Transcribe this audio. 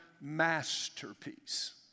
masterpiece